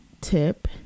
tip